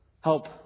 Help